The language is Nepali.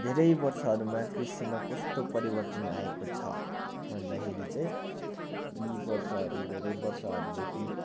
धेरै वर्षहरूमा कृषिमा कस्तो परिवर्तन आएको छ भन्दाखेरि चाहिँ यी वर्षहरू धेरै वर्षहरूदेखि